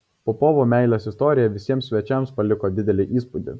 popovų meilės istorija visiems svečiams paliko didelį įspūdį